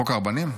חוק הרבנים?